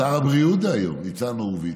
שר הבריאות דהיום ניצן הורוביץ,